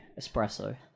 espresso